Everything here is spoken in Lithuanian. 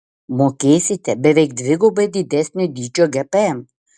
mokėsite beveik dvigubai didesnio dydžio gpm